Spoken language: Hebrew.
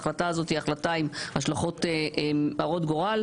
ההחלטה הזאת היא החלטה עם השלכות הרות גורל